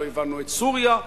לא הבנו את סוריה,